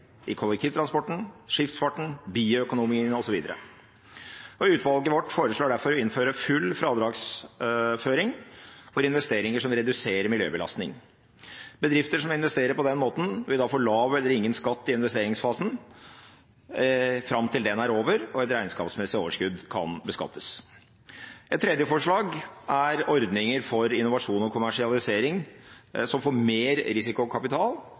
i kollektivtransporten, skipsfarten, bioøkonomien osv. Utvalget vårt foreslår derfor å innføre full fradragsføring for investeringer som reduserer miljøbelastningen. Bedrifter som investerer på den måten, vil da få lav eller ingen skatt i investeringsfasen – fram til den er over og et regnskapsmessig overskudd kan beskattes. Et tredje forslag er ordninger for innovasjon og kommersialisering som får mer risikokapital